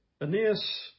Aeneas